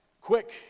quick